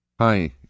Hi